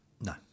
no